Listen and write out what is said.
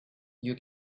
you